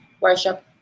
worship